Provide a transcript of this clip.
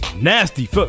Nasty